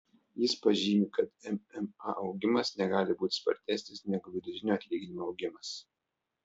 jis pažymi kad mma augimas negali būti spartesnis negu vidutinio atlyginimo augimas